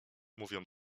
mówią